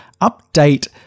update